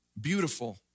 beautiful